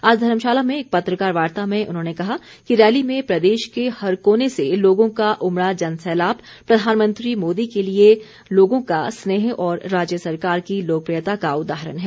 आज धर्मशाला में एक पत्रकार वार्ता में उन्होंने कहा कि रैली में प्रदेश के हर कोने से लोगों का उमड़ा जन सैलाब प्रधानमंत्री मोदी के लिए लोगों का स्नेह और राज्य सरकार की लोकप्रियता का उदाहरण है